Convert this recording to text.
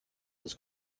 this